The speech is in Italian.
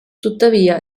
tuttavia